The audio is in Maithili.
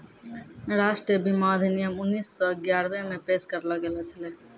राष्ट्रीय बीमा अधिनियम उन्नीस सौ ग्यारहे मे पेश करलो गेलो छलै